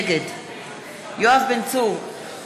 נגד יואב בן צור,